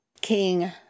king